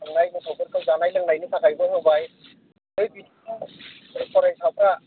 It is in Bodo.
थांनाय गथ'फोरखौ जानाय लोंनायनि थाखायबो होबाय बे बिथिङाव जोंनि फरायसाफ्रा